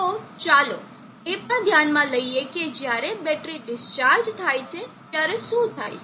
તો ચાલો એ પણ ધ્યાનમાં લઈએ કે જ્યારે બેટરી ડિસ્ચાર્જ થાય છે ત્યારે શું થાય છે